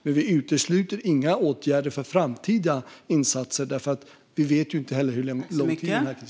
Vi utesluter dock inga åtgärder för framtida insatser, för vi vet ju inte heller hur lång tid den här krisen tar.